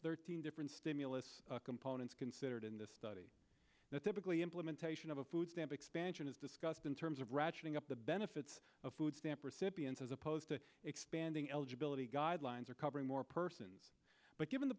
thirteen different stimulus components considered in the study that typically implementation of a food stamp expansion is discussed in terms of ratcheting up the benefits of food stamp recipients as opposed to expanding eligibility guidelines or covering more persons but given the